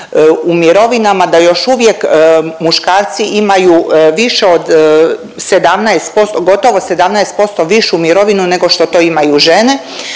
u mirovinama, da još uvijek muškarci imaju više od 17%, gotovo 17% višu mirovinu nego što to imaju žene,